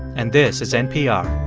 and this is npr